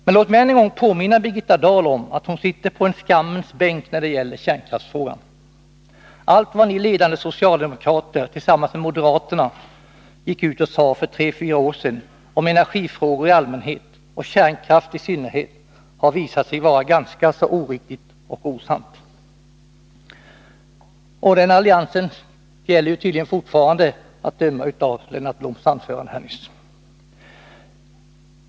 Men låt mig än en gång påminna Birgitta Dahl om att hon sitter på en skammens bänk när det gäller kärnkraftsfrågan. Allt vad ni ledande socialdemokrater tillsammans med moderaterna gick ut och sade för tre fyra år sedan om energifrågor i allmänhet och kärnkraft i synnerhet har visat sig vara ganska så oriktigt och osant.